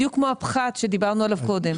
בדיוק כמו הפחת שדיברנו עליו קודם.